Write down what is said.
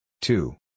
Two